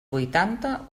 vuitanta